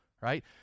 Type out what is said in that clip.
right